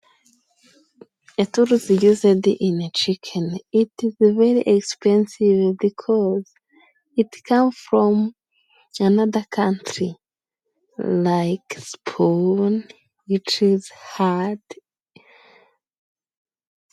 Eturu zigizedi ini cikeni, itizi veri egisipensive, bikoze iti kamufomu enada kantiri, rayike sipuni, wicizi hadi..